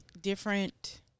different